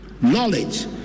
Knowledge